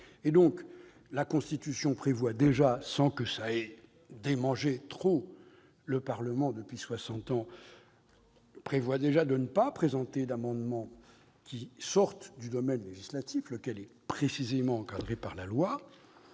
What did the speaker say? La Constitution prévoit déjà, sans que cela démange trop le Parlement depuis soixante ans, de ne pas présenter d'amendements sortant du domaine législatif, lequel est précisément encadré par la loi.